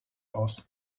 aus